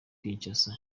kinshasa